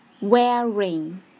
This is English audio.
Wearing